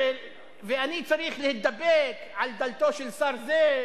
ואני צריך להידפק על דלתו של שר זה,